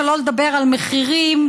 שלא לדבר על מחירים,